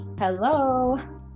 Hello